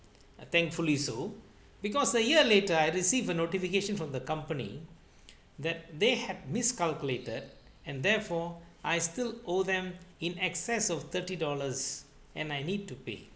thankfully so because a year later I received a notification from the company that they had miscalculated and therefore I still owe them in excess of thirty dollars and I need to pay